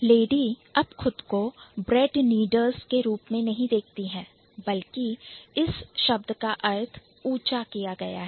Lady अब खुद को Bread Kneaders के रूप में नहीं देखती हैं बल्कि इस शब्द का अर्थ ऊंचा किया गया है